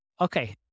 okay